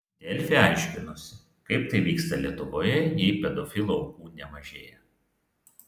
delfi aiškinosi kaip tai vyksta lietuvoje jei pedofilų aukų nemažėja